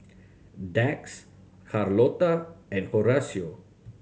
Dax Carlotta and Horacio